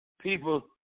people